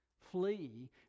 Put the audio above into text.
flee